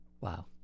Wow